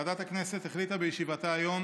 ועדת הכנסת החליטה בישיבתה היום